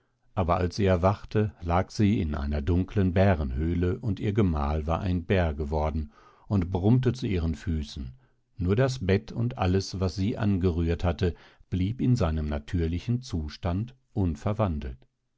aber als sie erwachte lag sie in einer dunkeln bärenhöle und ihr gemahl war ein bär geworden und brummte zu ihren füßen nur das bett und alles was sie angerührt hatte blieb in seinem natürlichen zustand unverwandelt